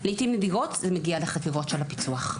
לעיתים נדירות זה מגיע לחקירות של הפיצו"ח.